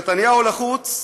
כשנתניהו לחוץ,